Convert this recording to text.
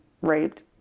raped